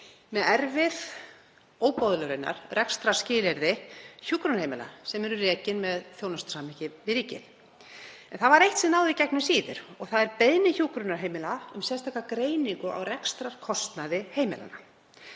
með erfið, óboðleg raunar, rekstrarskilyrði hjúkrunarheimila sem eru rekin með þjónustusamningi við ríkið. En það var eitt sem náði í gegn um síðir og það er beiðni hjúkrunarheimila um sérstaka greiningu á rekstrarkostnaði heimilanna.